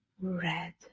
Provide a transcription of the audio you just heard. Red